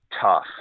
tough